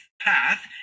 path